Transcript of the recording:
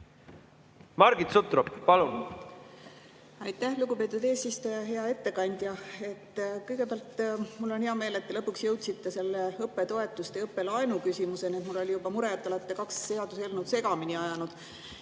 Margit Sutrop, palun!